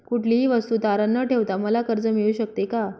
कुठलीही वस्तू तारण न ठेवता मला कर्ज मिळू शकते का?